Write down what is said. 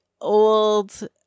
old